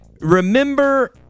remember